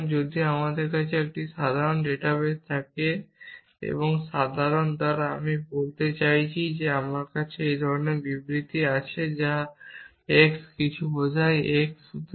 সুতরাং যদি আমার কাছে একটি সাধারণ ডাটাবেস থাকে এবং সাধারণ দ্বারা আমি বলতে চাইছি আমার কাছে এই ধরণের বিবৃতি আছে যা x কিছু বোঝায় x